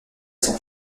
son